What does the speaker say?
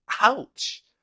Ouch